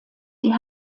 die